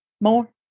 more